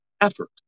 effort